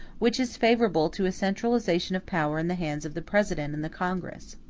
which is favorable to a centralization of power in the hands of the president and the congress.